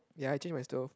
ya I change my stove